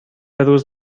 روز